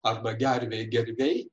arba gervė gerviai